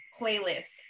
playlist